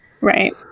Right